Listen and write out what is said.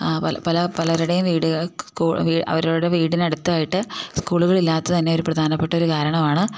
അ പല പല പലരുടെയും വീടുകൾ അവരുടെ വീടിന് അടുത്തായിട്ട് സ്കൂളുകളിൽ ഇല്ലാത്തത് തന്നെ ഒരു പ്രധാനപ്പെട്ട ഒരു കാരണമാണ്